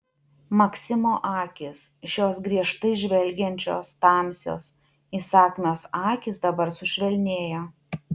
maksimo akys šios griežtai žvelgiančios tamsios įsakmios akys dabar sušvelnėjo